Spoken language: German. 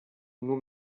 nur